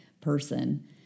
person